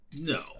No